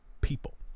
people